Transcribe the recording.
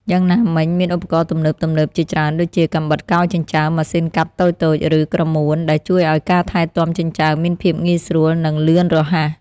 យ៉ាងណាមិញ មានឧបករណ៍ទំនើបៗជាច្រើនដូចជា កាំបិតកោរចិញ្ចើម ម៉ាស៊ីនកាត់តូចៗ ឬក្រមួន ដែលជួយឲ្យការថែទាំចិញ្ចើមមានភាពងាយស្រួល និងលឿនរហ័ស។